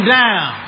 down